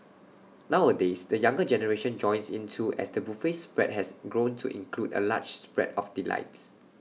nowadays the younger generation joins in too as the buffet spread has grown to include A large spread of delights